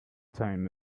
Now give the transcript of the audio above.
time